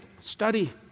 Study